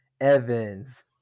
Evans